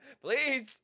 please